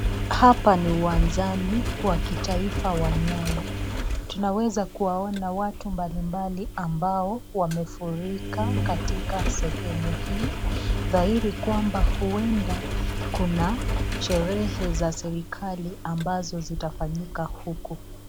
Hapa ni uwanjani wa kitaifa wa Nyayo, tunaweza kuwaona watu mbalimbali ambao wamefurika katika sehemu hii dhahiri kwamba huenda kuna sherehe za serikali ambazo zitafanyika huku.